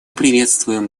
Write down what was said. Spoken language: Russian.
приветствуем